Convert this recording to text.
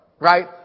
Right